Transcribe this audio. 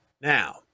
now